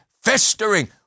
festering